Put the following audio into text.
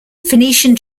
phoenician